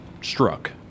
struck